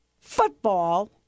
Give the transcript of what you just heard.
football